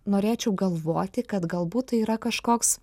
norėčiau galvoti kad galbūt tai yra kažkoks